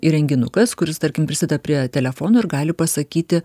įrenginukas kuris tarkim prisideda prie telefono ir gali pasakyti